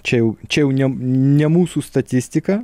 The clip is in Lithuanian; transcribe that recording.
čia jau čia jau ne ne mūsų statistika